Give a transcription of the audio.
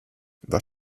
was